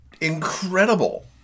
incredible